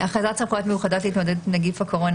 "הכרזת סמכויות מיוחדות להתמודדות עם נגיף הקורונה